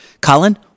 Colin